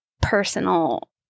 personal